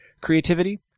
creativity